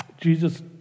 Jesus